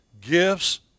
gifts